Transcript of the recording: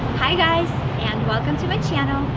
hi guys and welcome to my channel.